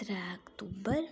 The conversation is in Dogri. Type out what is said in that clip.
त्रै अक्तूबर